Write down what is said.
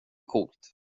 coolt